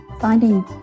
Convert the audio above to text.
finding